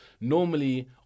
normally